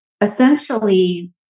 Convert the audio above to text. essentially